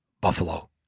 buffalo